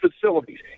facilities